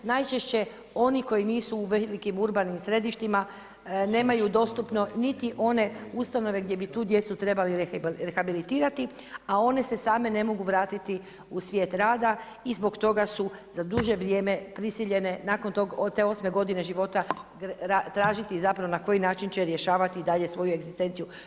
Najčešće oni koji nisu u velikim urbanim središtima nemaju dostupno niti one ustanove gdje bi tu djecu trebali rehabilitirati, a one se same ne mogu vratiti u svijet rada i zbog toga su za duže vrijeme prisiljene nakon te osme godine života tražiti na koji način će rješavati dalje svoju egzistenciju.